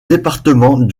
département